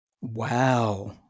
Wow